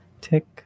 Tick